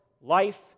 life